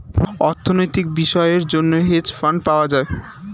অর্থনৈতিক বিষয়ের জন্য হেজ ফান্ড পাওয়া যায়